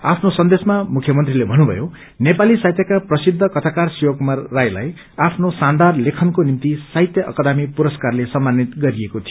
आफ्नो सन्देशमा मुख्यमन्त्रीले भन्नुभयो नेपाली साहित्यका प्रसिद्ध कथाकार शिव कुमार राईलाई आफ्नो शानदार लेखनको निम्ति साहित्य अकादमी पुरस्कारले सम्मानित गरिएको थियो